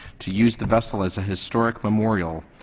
to use the vessel as a historic memorial,